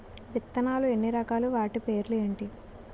విత్తనాలు ఎన్ని రకాలు, వాటి పేర్లు ఏంటి?